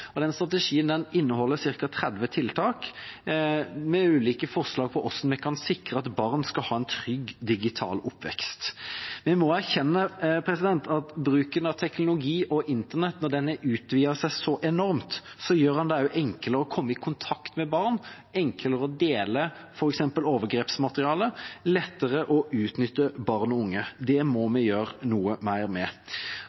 Den strategien inneholder ca. 30 tiltak med ulike forslag til hvordan vi kan sikre at barn kan ha en trygg digital oppvekst. Vi må erkjenne at bruk av teknologi og internett, når den har utvidet seg så enormt, gjør det enklere å komme i kontakt med barn, enklere å dele f.eks. overgrepsmateriale og lettere å utnytte barn og unge. Det må